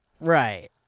Right